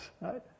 right